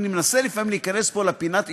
אני מנסה לפעמים להיכנס פה לפינת עישון,